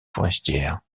forestière